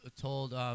told